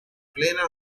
plena